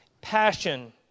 passion